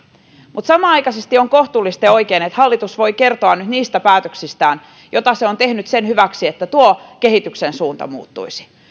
mutta samanaikaisesti on kohtuullista ja oikein että hallitus voi kertoa nyt niistä päätöksistään joita se on tehnyt sen hyväksi että tuo kehityksen suunta muuttuisi